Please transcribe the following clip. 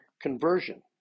conversion